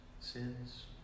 sins